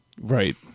Right